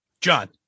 John